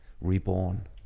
reborn